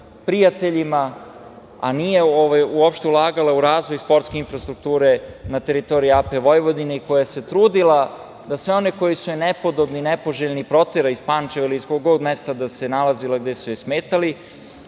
prijateljima, a nije uopšte ulagala u razvoj sportske infrastrukture na teritoriji AP Vojvodine i koja se trudila da sve one koji su nepodobni, nepoželjni protera iz Pančeva ili iz kog god mesta da se nalazila da su joj smetali.